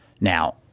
Now